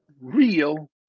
real